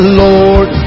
lord